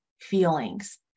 feelings